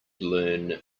learn